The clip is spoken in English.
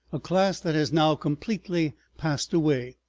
a class that has now completely passed away.